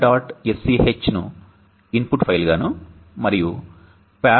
sch ను input file గాను మరియు parallel